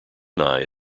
nye